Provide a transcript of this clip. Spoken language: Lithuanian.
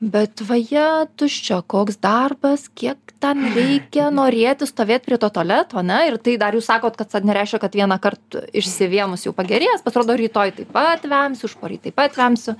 bet vajetus čia koks darbas kiek ten reikia norėti stovėt prie to tualeto ane ir tai dar jūs sakot kad nereiškia kad vienąkart išsivėmus jau pagerėjęs pasirodo rytoj taip pat vemsiu užporyt taip pat vemsiu